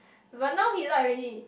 but now he like already